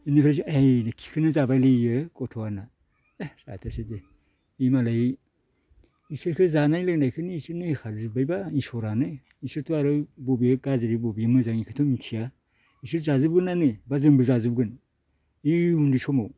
इनिफ्रायसो ओइ खिखोनो जाबायलै इयो गथ'आ होनना एह जाथोसै दे इ मालाय इसोरखो जानाय लोंनायखोनो इसोरनो होजोब्बायब्ला इसोरानो इसोरथ' आरो बबे गाज्रि बबे मोजां इखोथ' मिथिया इसोर जाजोबगोनआनो बा जोंबो जाजोबगोन इ उन्दै समाव